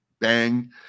bang